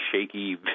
shaky